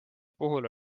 puhul